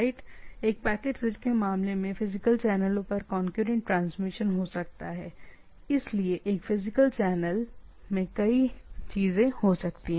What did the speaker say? एक packet switch के मामले में फिजिकल चैनलों पर कौनक्यूरेंट ट्रांसमिशन हो सकता है इसलिए एक फिजिकल चैनल में कई चीजें हो सकती हैं